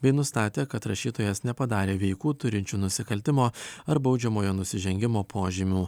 bei nustatė kad rašytojas nepadarė veikų turinčių nusikaltimo ar baudžiamojo nusižengimo požymių